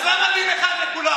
אז למה דין אחד לכולם?